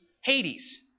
Hades